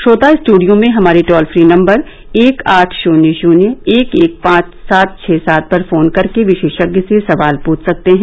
श्रोता स्टूडियो में हमारे टोल फ्री नम्बर एक आठ शून्य शून्य एक एक पांच सात छः सात पर फोन करके विशेषज्ञ से सवाल पूछ सकते हैं